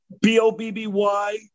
b-o-b-b-y